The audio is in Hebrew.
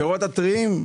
הפירות הטריים,